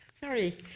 sorry